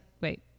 wait